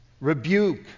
rebuke